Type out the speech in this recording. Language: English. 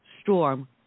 storm